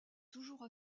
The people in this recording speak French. toujours